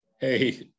hey